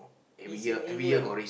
it's in England ah